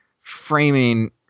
framing